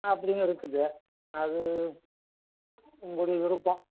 அப்படின்னு இருக்குது அது உங்களுடைய விருப்பம்